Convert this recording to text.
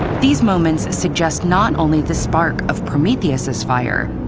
these moments suggest not only the spark of prometheus's fire,